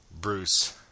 Bruce